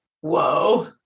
whoa